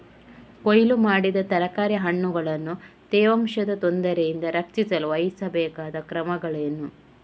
ಕೊಯ್ಲು ಮಾಡಿದ ತರಕಾರಿ ಹಣ್ಣುಗಳನ್ನು ತೇವಾಂಶದ ತೊಂದರೆಯಿಂದ ರಕ್ಷಿಸಲು ವಹಿಸಬೇಕಾದ ಕ್ರಮಗಳೇನು?